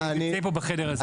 שנמצא פה בחדר הזה.